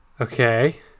Okay